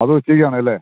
അത് ഉച്ചയ്ക്കാണല്ലേ